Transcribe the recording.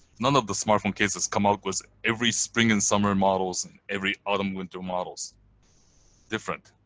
none of the smartphone cases come out with every spring and summer models and every autumn, winter models different.